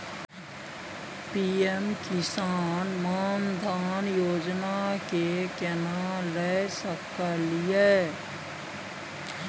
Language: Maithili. पी.एम किसान मान धान योजना के केना ले सकलिए?